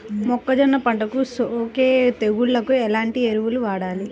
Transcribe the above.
మొక్కజొన్న పంటలకు సోకే తెగుళ్లకు ఎలాంటి ఎరువులు వాడాలి?